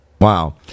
Wow